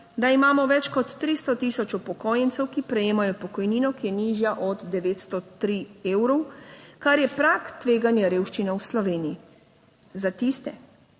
da imamo več kot 300000 upokojencev, ki prejemajo pokojnino, ki je nižja od 903 evrov, kar je prag tveganja revščine v Sloveniji **37.